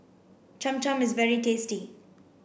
Cham Cham is very tasty